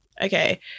Okay